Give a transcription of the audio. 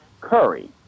curry